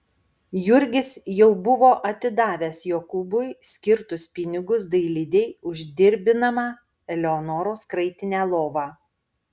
jurgis jau buvo atidavęs jokūbui skirtus pinigus dailidei už dirbinamą eleonoros kraitinę lovą